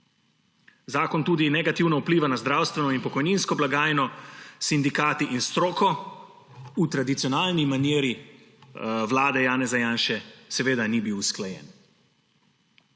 Zakon tudi negativno vpliva na zdravstveno in pokojninsko blagajno, s sindikati in stroko v tradicionalni maniri vlade Janeza Janše seveda ni bil usklajen.